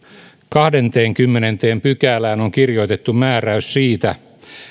kahdenteenkymmenenteen pykälään on kirjoitettu määräys siitä